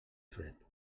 fred